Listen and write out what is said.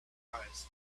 eyes